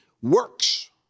Works